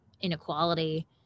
inequality